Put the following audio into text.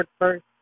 first